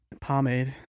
Pomade